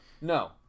No